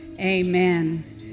amen